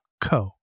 co